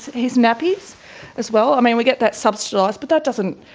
his nappies as well. um and we get that subsidised but that doesn't,